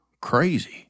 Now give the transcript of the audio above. crazy